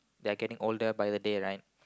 they're getting older by the day right